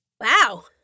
Wow